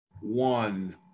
One